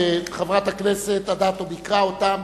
חברת הכנסת אדטו ביקרה אצלם,